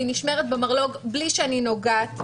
והיא נשמרת במרלו"ג בלי שאני נוגעת בה.